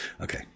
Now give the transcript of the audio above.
Okay